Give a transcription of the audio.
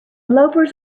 loafers